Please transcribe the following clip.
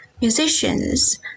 musicians